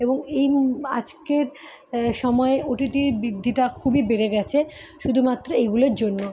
এবং এই আজকের সময়ে ও টি টির বৃদ্ধিটা খুবই বেড়ে গেছে শুধুমাত্র এইগুলোর জন্য